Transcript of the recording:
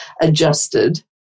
adjusted